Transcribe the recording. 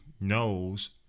knows